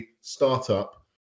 startup